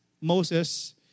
Moses